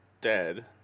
dead